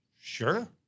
sure